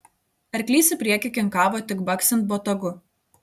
arklys į priekį kinkavo tik baksint botagu